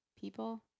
people